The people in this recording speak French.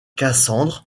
cassandre